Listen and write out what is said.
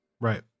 Right